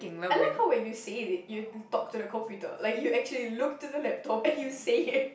I like how when you say it you you talk to the computer like you actually look to the laptop and you say it